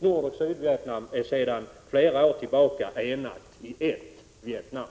Nordoch Sydvietnam är sedan flera år tillbaka enade i ett Vietnam.